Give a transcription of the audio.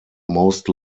most